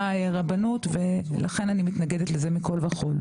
רבנות ולכן אני מתנגדת לזה מכל וכול.